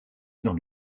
dans